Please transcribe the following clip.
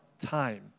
time